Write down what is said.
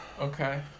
Okay